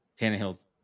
Tannehill's